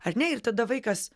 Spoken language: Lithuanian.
ar ne ir tada vaikas